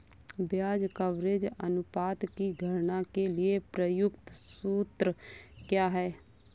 ब्याज कवरेज अनुपात की गणना के लिए प्रयुक्त सूत्र क्या है?